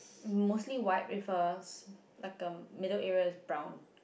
mostly white with a s~ like a middle area is brown